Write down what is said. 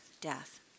death